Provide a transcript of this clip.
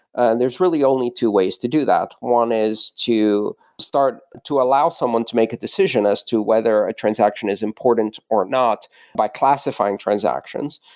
and there's really only two ways to do that. one is to start to allow someone to make a decision as to whether a transaction is important or not by classifying transactions.